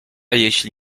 jeśli